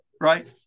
right